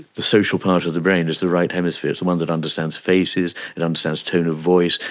the social part of the brain is the right hemisphere, it's the one that understands faces, it understands tone of voice,